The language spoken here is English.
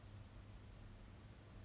expected it to go